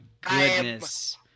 goodness